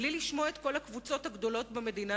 בלי לשמוע את כל הקבוצות הגדולות במדינה